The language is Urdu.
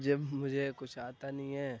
جب مجھے کچھ آتا نہیں ہے